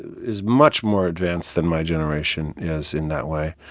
is much more advanced than my generation is in that way.